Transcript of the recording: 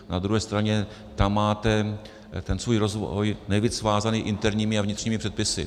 Na druhé straně tam máte svůj rozvoj nejvíc vázaný interními a vnitřními předpisy.